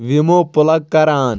ویموٗ plug کَر آن